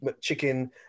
chicken